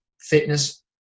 fitness